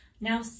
Now